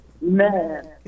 Man